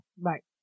Right